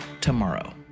tomorrow